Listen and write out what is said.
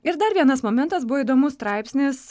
ir dar vienas momentas buvo įdomus straipsnis